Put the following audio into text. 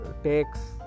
takes